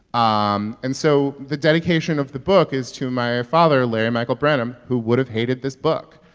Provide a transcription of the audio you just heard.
um and so the dedication of the book is to my father, larry michael branum, who would have hated this book.